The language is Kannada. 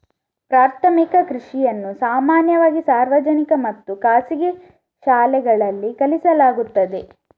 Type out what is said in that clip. ಪ್ರಾಥಮಿಕ ಕೃಷಿಯನ್ನು ಸಾಮಾನ್ಯವಾಗಿ ಸಾರ್ವಜನಿಕ ಮತ್ತು ಖಾಸಗಿ ಶಾಲೆಗಳಲ್ಲಿ ಕಲಿಸಲಾಗುತ್ತದೆ